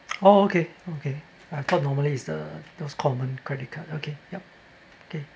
oh okay okay I thought normally is the those common credit card okay yup okay